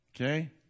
Okay